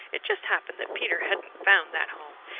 it just happened that peter hadn't found that home,